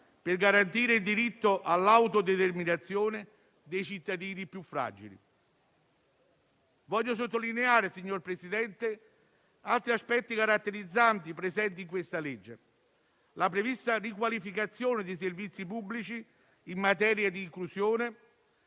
per garantire il diritto all'autodeterminazione dei cittadini più fragili. Signor Presidente, voglio sottolineare altri aspetti caratterizzanti presenti in questa legge, come la prevista riqualificazione dei servizi pubblici in materia di inclusione,